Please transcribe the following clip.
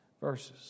verses